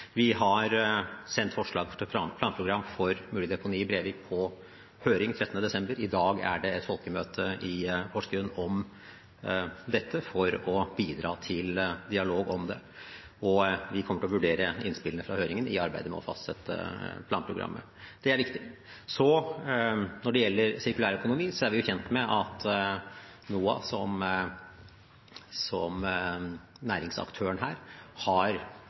Vi har sendt forslag til planprogram for mulig deponi i Brevik på høring 13. desember. I dag er det folkemøte i Porsgrunn om dette for å bidra til dialog om det. Vi kommer til å vurdere innspillene fra høringen i arbeidet med å fastsette planprogrammet. Det er viktig. Når det gjelder sirkulærøkonomi, er vi kjent med at NOAH, som er næringsaktøren her, har